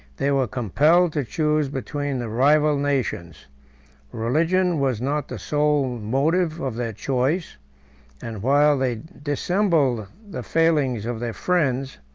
they were compelled to choose between the rival nations religion was not the sole motive of their choice and while they dissembled the failings of their friends,